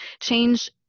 change